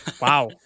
Wow